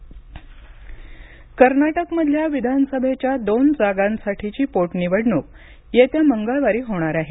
कर्नाटक पोटनिवडणक कर्नाटकमधल्या विधानसभेच्या दोन जागांसाठीची पोटनिवडणूक येत्या मंगळवारी होणार आहे